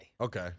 Okay